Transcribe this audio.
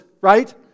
right